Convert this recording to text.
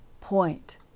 point